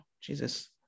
Jesus